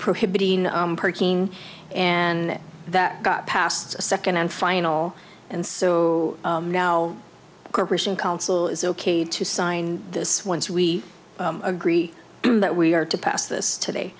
prohibiting parking and that got passed second and final and so now corporation council is ok to sign this once we agree that we are to pass this today